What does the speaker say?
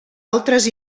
altres